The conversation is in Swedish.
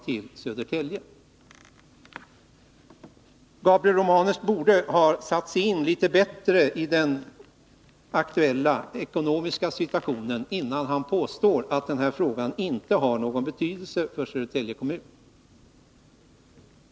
Gabriel Romanus borde ha satt sig in litet bättre i den aktuella ekonomiska situationen, innan han påstod att denna fråga inte har någon betydelse för Södertälje kommun.